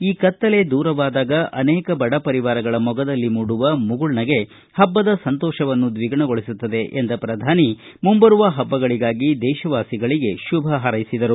ಈ ಕತ್ತಲೆ ದೂರವಾದಾಗ ಅನೇಕ ಬಡ ಪರಿವಾರಗಳ ಮೊಗದಲ್ಲಿ ಮೂಡುವ ಮುಗುಳ್ನಗೆ ಹಬ್ಬದ ಸಂತೋಷವನ್ನು ದ್ವಿಗುಣಗೊಳಿಸುತ್ತದೆ ಎಂದ ಶ್ರಧಾನಿ ಮುಂಬರುವ ಹಬ್ಬಗಳಗಾಗಿ ದೇಶವಾಸಿಗಳಗೆ ಶುಭ ಹಾರೈಸಿದರು